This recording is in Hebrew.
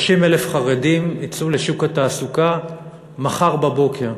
30,000 חרדים יצאו לשוק התעסוקה מחר בבוקר,